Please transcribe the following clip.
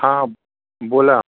हा बोला